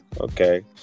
Okay